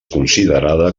considerada